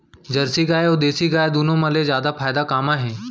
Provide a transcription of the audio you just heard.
Jersey गाय अऊ देसी गाय दूनो मा ले जादा फायदा का मा हे?